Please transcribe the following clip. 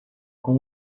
com